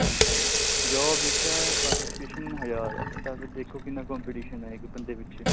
ਹਾਂਜੀ ਜੋਬ ਇੱਕ ਹੈ ਪਾਰਟੀਸਪੇਸ਼ਨ ਹਜ਼ਾਰ ਹੈ ਤਾਂ ਫਿਰ ਦੇਖੋ ਕਿੰਨਾ ਕੰਪਟੀਸ਼ਨ ਹੈ ਇਕ ਬੰਦੇ ਪਿੱਛੇ